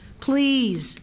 please